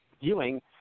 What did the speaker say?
viewing